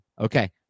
Okay